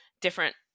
different